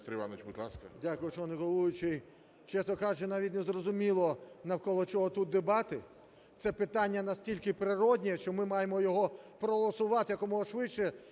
Дякую, шановний головуючий. Чесно кажучи, навіть не зрозуміло, навколо чого тут дебати. Це питання настільки природнє, що ми маємо його проголосувати якомога швидше